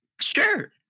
Sure